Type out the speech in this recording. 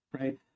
Right